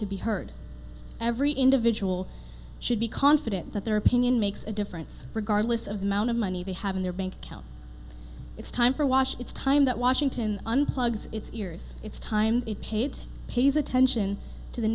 to be heard every individual should be confident that their opinion makes a difference regardless of the amount of money they have in their bank account it's time for wash it's time that washington unplugs its ears it's time it paid pays attention to the